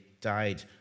died